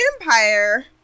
empire